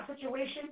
situation